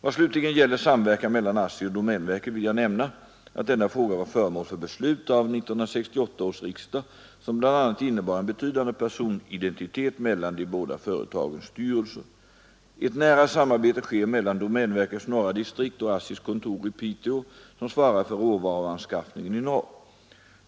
Vad slutligen gäller samverkan mellan ASSI och domänverket vill jag nämna att denna fråga var föremål för beslut av 1968 års riksdag, som bl.a. innebar en betydande personidentitet mellan de båda företagens styrelser. Ett nära samarbete sker mellan domänverkets norra distrikt och ASSI:s kontor i Piteå, som svarar för råvaruanskaffningen i norr.